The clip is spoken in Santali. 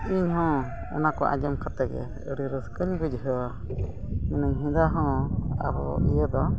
ᱤᱧᱦᱚᱸ ᱚᱱᱟᱠᱚ ᱟᱸᱡᱚᱢ ᱠᱟᱛᱮᱜᱮ ᱟᱹᱰᱤ ᱨᱟᱹᱥᱠᱟᱹᱧ ᱵᱩᱡᱷᱟᱹᱣᱟ ᱟᱵᱚ ᱤᱭᱟᱹ ᱫᱚ